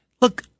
look